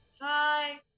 Hi